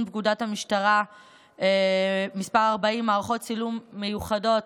פקודת המשטרה (מס' 40) (מערכות צילום מיוחדות),